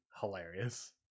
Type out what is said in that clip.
hilarious